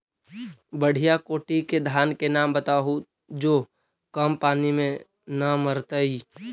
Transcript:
बढ़िया कोटि के धान के नाम बताहु जो कम पानी में न मरतइ?